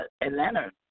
Atlanta